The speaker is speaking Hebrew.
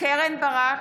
אורלי לוי אבקסיס,